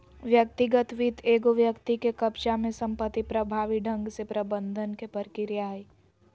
व्यक्तिगत वित्त एगो व्यक्ति के कब्ज़ा में संपत्ति प्रभावी ढंग से प्रबंधन के प्रक्रिया हइ